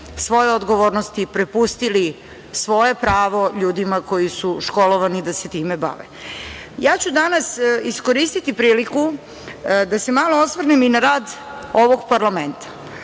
svoje odgovornosti, prepustili svoje pravo ljudima koji su školovani da se time bave. Ja ću danas iskoristiti priliku da se malo osvrnem i na rad ovog parlamenta,